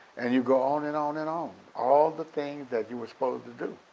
and you go on and on and on, all the things that you were supposed to do.